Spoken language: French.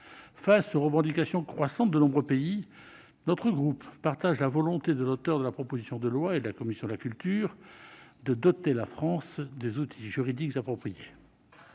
Face aux revendications croissantes de nombreux pays, notre groupe partage la volonté des auteurs du texte et de la commission de la culture de doter la France des outils juridiques appropriés.